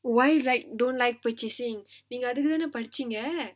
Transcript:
why like don't like purchasing நீங்க அதுக்கு தானே படிச்சீங்க:neenga athukku thaanae padicheenga